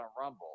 Rumble